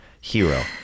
hero